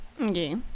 Okay